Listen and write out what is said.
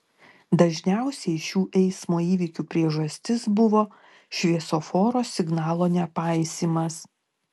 dažniausiai šių eismo įvykių priežastis buvo šviesoforo signalo nepaisymas